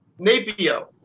Napio